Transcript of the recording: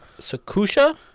Sakusha